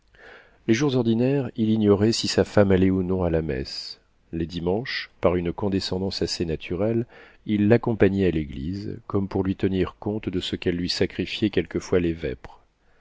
les jours ordinaires il ignorait si sa femme allait ou non à la messe les dimanches par une condescendance assez naturelle il l'accompagnait à l'église comme pour lui tenir compte de ce qu'elle lui sacrifiait quelquefois les vêpres